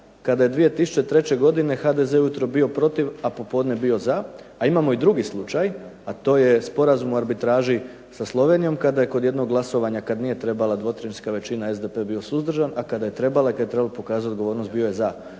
kada je 2003. godine HDZ ujutro bio protiv, a popodne bio za. A imamo i drugi slučaj, a to je Sporazum o arbitraži sa Slovenijom, kada je kod jednog glasovanja kad nije trebala dvotrećinska većina SDP bio suzdržan, a kada je trebala i kada je trebalo pokazati odgovornost bio je za.